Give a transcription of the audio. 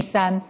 ניסן,